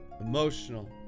emotional